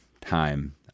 time